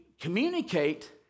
communicate